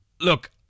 Look